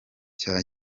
cya